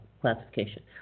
classification